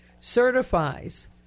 certifies